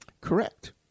Correct